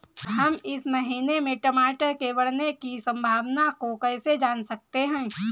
हम इस महीने में टमाटर के बढ़ने की संभावना को कैसे जान सकते हैं?